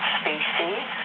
species